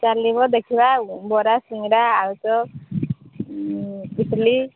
ଚାଲିବ ଦେଖିବା ବରା ସିଙ୍ଗଡ଼ା ଆଳୁଚପ୍ ଇଟଲି